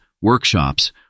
workshops